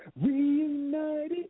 Reunited